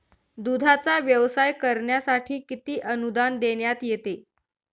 दूधाचा व्यवसाय करण्यासाठी किती अनुदान देण्यात येते?